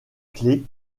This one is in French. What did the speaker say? clé